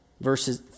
verses